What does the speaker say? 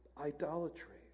idolatry